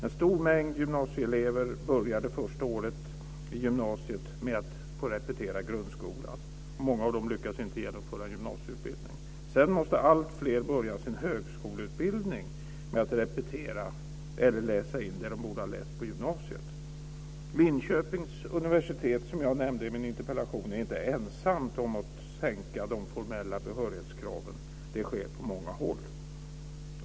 En stor mängd gymnasieelever börjar det första året i gymnasiet med att få repetera grundskolan. Många av dem lyckas inte genomföra en gymnasieutbildning. Sedan måste alltfler börja sin högskoleutbildning med att repetera eller läsa in det som de borde ha läst på gymnasiet. Linköpings universitet, som jag nämnde i min interpellation, är inte ensamt om att sänka de formella behörighetskraven. Det sker på många håll.